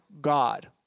God